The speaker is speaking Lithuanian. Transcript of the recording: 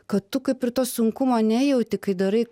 kad tu kaip ir to sunkumo nejauti kai darai